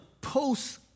post